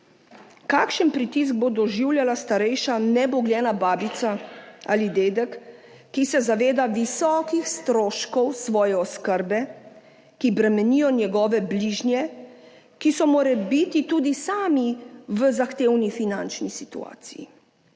Kakšen pritisk bo doživljala starejša nebogljena babica ali dedek, ki se zaveda visokih stroškov svoje oskrbe, ki bremenijo njegove bližnje, ki so morebiti tudi sami v zahtevni finančni situaciji,